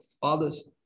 fathers